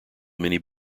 many